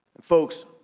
Folks